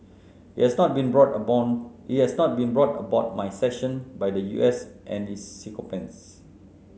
it has not been brought about it has not been brought about by sanctions by the U S and its sycophants